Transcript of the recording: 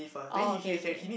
oh okay okay